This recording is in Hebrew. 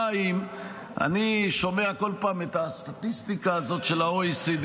2. אני שומע כל פעם את הסטטיסטיקה הזאת של ה-OECD.